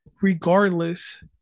regardless